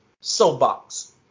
soapbox